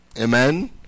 Amen